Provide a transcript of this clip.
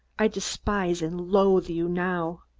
i despise and loathe you now.